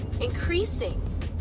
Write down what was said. increasing